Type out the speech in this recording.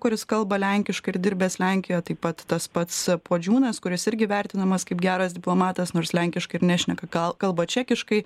kuris kalba lenkiškai ir dirbęs lenkijoje taip pat tas pats puodžiūnas kuris irgi vertinamas kaip geras diplomatas nors lenkiškai ir nešneka kal kalba čekiškai